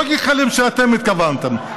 לא גחלים שאתם התכוונתם,